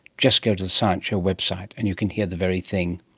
just go to the science show website and you can hear the very thing.